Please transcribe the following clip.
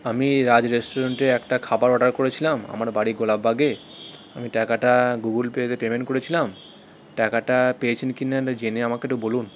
আমি রাজ রেস্টুরেন্টে একটা খাবার অর্ডার করেছিলাম আমার বাড়ি গোলাপবাগে আমি টাকাটা গুগুল পে তে পেমেন্ট করেছিলাম টাকাটা পেয়েছেন কি না না জেনে আমাকে একটু বলুন